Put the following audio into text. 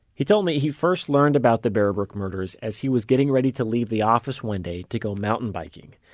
he told me he first learned about the bear brook murders as he was getting ready to leave the office one day to go mountain biking.